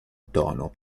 tono